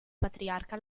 patriarca